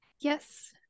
yes